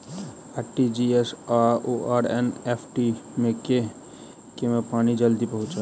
RTGS आओर NEFT मे केँ मे पानि जल्दी पहुँचत